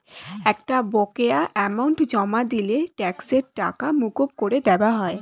একটা বকেয়া অ্যামাউন্ট জমা দিলে ট্যাক্সের টাকা মকুব করে দেওয়া হয়